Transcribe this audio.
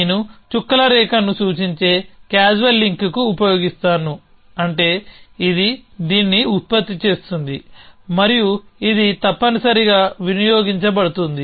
నేను చుక్కల రేఖను సూచించే క్యాజువల్ లింక్కి ఉపయోగిస్తాను అంటే ఇది దీన్ని ఉత్పత్తి చేస్తుంది మరియు ఇది తప్పనిసరిగా వినియోగించ బడుతుంది